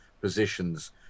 positions